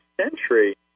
century